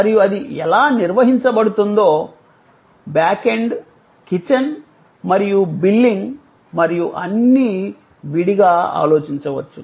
మరియు అది ఎలా నిర్వహించబడుతుందో బ్యాక్ ఎండ్ కిచెన్ మరియు బిల్లింగ్ మరియు అన్నీ విడిగా ఆలోచించవచ్చు